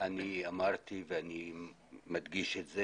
אמרתי ואני מדגיש את זה